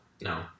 No